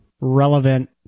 relevant